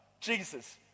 Jesus